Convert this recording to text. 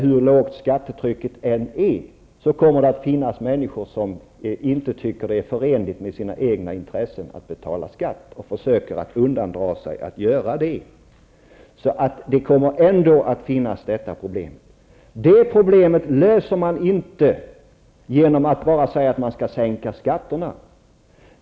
Hur lågt skattetrycket än är kommer det att finnas människor som inte tycker att det är förenligt med deras egna intressen att betala skatt, och de försöker låta bli att göra det. Problemet kommer ändock att finnas kvar. Det här problemet löser man inte bara genom att säga att man skall sänka skatterna.